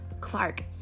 Clark